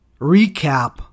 recap